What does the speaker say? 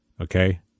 Okay